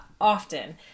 often